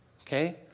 Okay